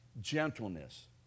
gentleness